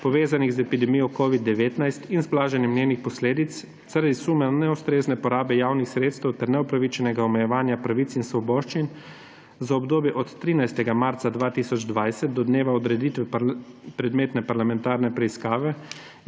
povezanih z epidemijo COVID-19 in z blaženjem njenih posledic zaradi suma neustrezne porabe javnih sredstev ter neupravičenega omejevanja pravic in svoboščin, za obdobje od 13. marca 2020 do dneva odreditve predmetne parlamentarne preiskave